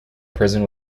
prison